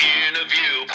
interview